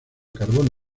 carbón